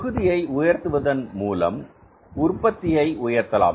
தொகுதியை உயர்த்துவதன் மூலம் உற்பத்தியை உயர்த்தலாம்